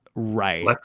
Right